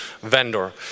vendor